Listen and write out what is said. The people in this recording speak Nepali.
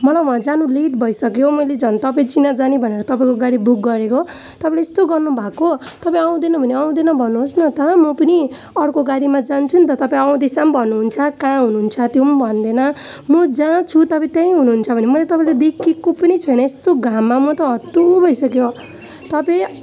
मलाई वहाँ जानु लेट भइसक्यो मैले झन् तपाईँ चिनाजानी भनेर तपाईँको गाडी बुक गरेको तपाईँले यस्तो गर्नुभएको तपाईँ आउँदैन भने आउँदैन भन्नुहोस् न त म पनि अर्को गाडीमा जान्छु नि त तपाईँ आउँदैछौँ भन्नुहुन्छ कहाँ हुनुहुन्छ त्यो पनि भन्दैन म जहाँ छु तपाईँ त्यहीँ हुनुहुन्छ भने मैले तपाईँलाई देखेको पनि छैन यस्तो घाममा म त हत्तु भइसकेँ तपाईँ